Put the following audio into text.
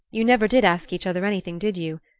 you never did ask each other anything, did you?